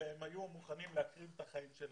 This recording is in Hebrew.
אלא הם היו מוכנים להקריב את החיים שלהם.